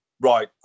right